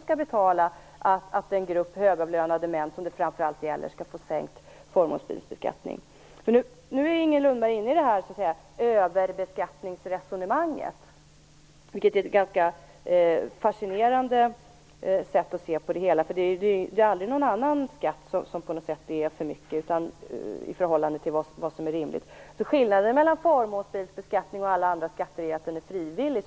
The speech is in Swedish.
skall betala för att en grupp högavlönade män skall få sänkt förmånsbilsbeskattning. Nu är Inger Lundberg med i överbeskattningsresonemanget, vilket är ett fascinerande sätt att se på det hela. Det är aldrig någon annan skatt som är för hög i förhållande till vad som är rimligt. Skillnaden mellan förmånsbilsbeskattning och andra skatter är att den är frivillig.